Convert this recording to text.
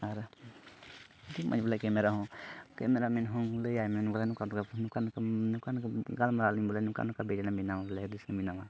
ᱟᱨ ᱟᱹᱰᱤ ᱢᱚᱡᱽ ᱵᱚᱞᱮ ᱠᱮᱢᱮᱨᱟ ᱦᱚᱸ ᱠᱮᱢᱮᱨᱟ ᱢᱮᱱ ᱦᱚᱸ ᱞᱟᱹᱭ ᱟᱭ ᱢᱮ ᱵᱚᱞᱮ ᱱᱚᱝᱠᱟ ᱵᱚᱞᱮ ᱱᱚᱝᱠᱟ ᱱᱚᱝᱠᱟᱢ ᱜᱟᱞᱢᱟᱨᱟᱣ ᱟᱹᱞᱤᱧ ᱵᱚᱞᱮ ᱱᱚᱝᱠᱟ ᱱᱚᱝᱠᱟ ᱵᱷᱤᱰᱭᱳ ᱞᱟᱝ ᱵᱮᱱᱟᱣᱟ ᱵᱚᱞᱮ ᱨᱤᱞᱥ ᱞᱟᱝ ᱵᱮᱱᱟᱣᱟ